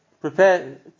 prepare